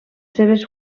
seves